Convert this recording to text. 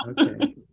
okay